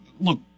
look